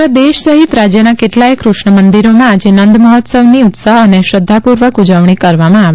સમગ્ર દેશ સહિત રાજ્યના કેટલાય કૃષ્ણ મંદિરોમાં આજે નંદ મહોત્સવની ઉત્સાહ અને શ્રધ્ધાપૂર્વક ઉવજણી કરવામાં આવી